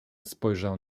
spojrzał